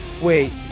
Wait